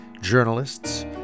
journalists